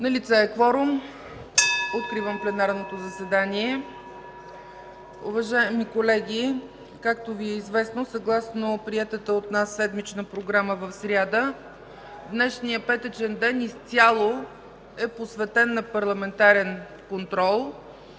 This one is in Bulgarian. Налице е кворум. (Звъни.) Откривам пленарното заседание. Уважаеми колеги, както Ви е известно, съгласно приетата от нас седмична програма в сряда, днешният петъчен ден изцяло е посветен на: ПАРЛАМЕНТАРЕН КОНТРОЛ.